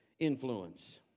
Influence